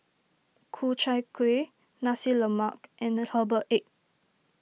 Ku Chai Kueh Nasi Lemak and Herbal Egg